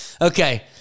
Okay